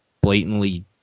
blatantly